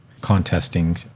contesting